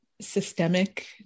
systemic